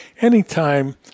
anytime